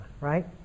right